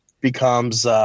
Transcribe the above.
becomes –